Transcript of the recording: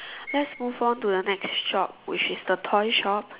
let's move on to the next shop which is the toy shop